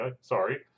Sorry